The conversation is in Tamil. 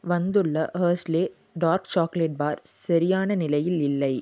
வந்துள்ள ஹெர்ஷ்லே டார்க் சாக்லேட் பார் சரியான நிலையில் இல்லை